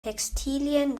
textilien